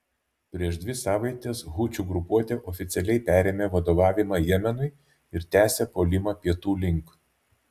prieš dvi savaites hučių grupuotė oficialiai perėmė vadovavimą jemenui ir tęsia puolimą pietų link